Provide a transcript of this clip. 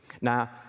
Now